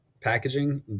packaging